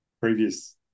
previous